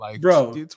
Bro